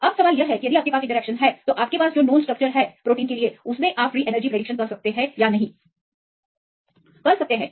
अब सवाल यह है कि यदि आपके पास ये इंटरैक्शन हैं क्या ज्ञात स्ट्रक्चर के किसी भी प्रोटीन के लिए फ्री एनर्जी परिवर्तन की भविष्यवाणी करना संभव है